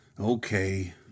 Okay